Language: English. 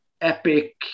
epic